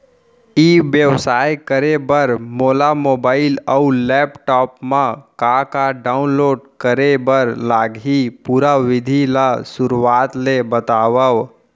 ई व्यवसाय करे बर मोला मोबाइल अऊ लैपटॉप मा का का डाऊनलोड करे बर लागही, पुरा विधि ला शुरुआत ले बतावव?